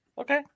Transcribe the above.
Okay